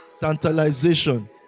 tantalization